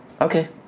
Okay